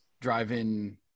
drive-in